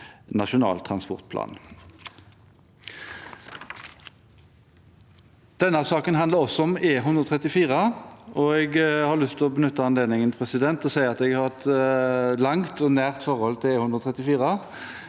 Denne saken handler også om E134, og jeg har lyst til å benytte anledningen til å si at jeg har et langt og nært forhold til E134.